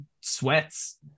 sweats